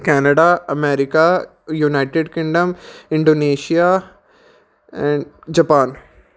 Canada America United Kingdom Indonesia Japan